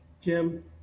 Jim